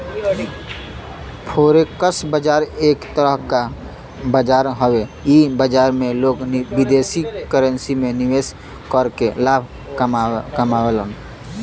forex बाजार एक तरह क बाजार हउवे इ बाजार में लोग विदेशी करेंसी में निवेश करके लाभ कमावलन